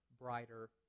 brighter